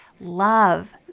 love